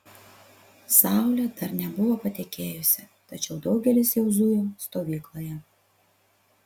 saulė dar nebuvo patekėjusi tačiau daugelis jau zujo stovykloje